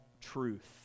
truth